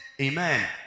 Amen